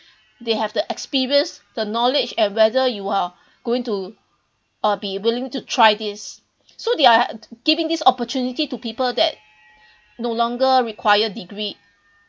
they have the experience the knowledge and whether you are going to uh be willing to try this so they are giving this opportunity to people that no longer require degree